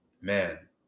Man